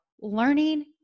learning